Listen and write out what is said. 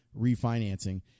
refinancing